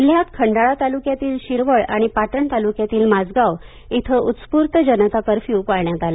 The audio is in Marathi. जिल्ह्यात खंडाळा तालुक्यातील शिरवळ आणि पाटण तालुक्यातील माजगाव इथं उस्फुर्त जनता कर्फ्यू पाळण्यात आला